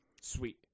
sweet